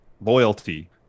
loyalty